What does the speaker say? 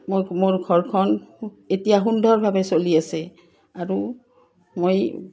মই মোৰ ঘৰখন এতিয়া সুন্দৰভাৱে চলি আছে আৰু মই